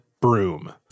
broom